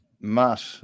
Matt